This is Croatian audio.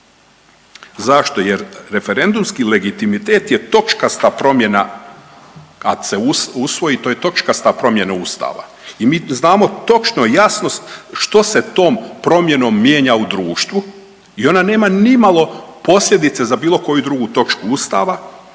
Zašto? Jer referendumski legitimitet je točkasta promjena kad se usvoji, kad se usvoji to je točkasta promjena Ustava i mi znamo točno, jasno što se tom promjenom mijenja u društvu i ona nema ni malo posljedice za bilo koju drugu točku Ustava